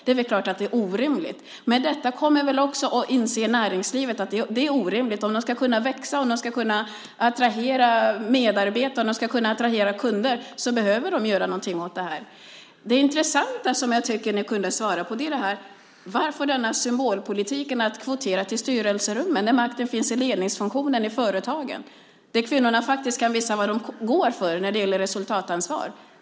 Men näringslivet kommer också att inse att det är orimligt. Om det ska kunna växa och attrahera medarbetare och kunder behöver det göra någonting åt det. Det intressanta som jag tycker att ni kunde svara på är: Varför denna symbolpolitik att kvotera till styrelserummen när makten finns i ledningsfunktionen i förtagen? Där kan kvinnorna faktiskt visa vad de går för med resultatansvar.